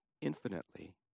infinitely